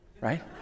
right